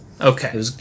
Okay